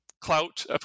Clout